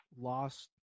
lost